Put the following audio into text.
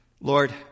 Lord